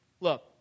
Look